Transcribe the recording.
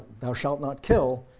thou shalt not kill.